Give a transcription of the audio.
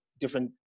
different